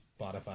Spotify